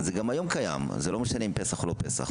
זה גם היום קיים, זה לא משנה אם פסח או לא פסח.